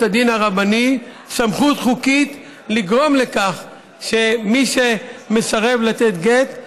הדין הרבני סמכות חוקית לגרום לכך שמי שמסרב לתת גט,